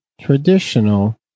traditional